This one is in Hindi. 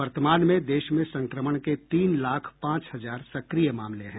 वर्तमान में देश में संक्रमण के तीन लाख पांच हजार सक्रिय मामले हैं